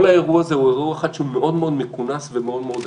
כל האירוע הזה הוא אירוע אחד שהוא מאוד מאוד מכונס ומאוד מאוד הדוק.